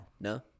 no